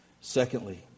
Secondly